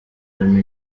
arimo